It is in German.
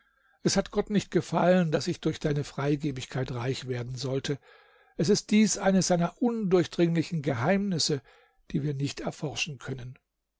es hat gott nicht gefallen daß ich durch deine freigebigkeit reich werden sollte es ist dies eines seiner undurchdringlichen geheimnisse die wir nicht erforschen können